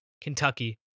Kentucky